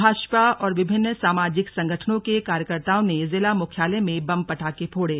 भाजपा और विभिन्न सामाजिक संगठनों के कार्यकर्तओं ने जिला मुख्यालय में बम पटाखे फोड़े